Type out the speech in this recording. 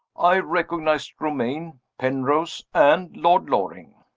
i recognized romayne, penrose and lord loring.